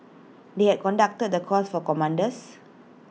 they had conducted the course for commanders